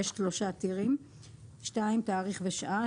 תאריך ושעה.